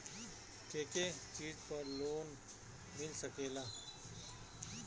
के के चीज पर लोन मिल सकेला?